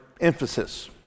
emphasis